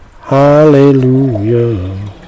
hallelujah